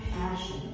passion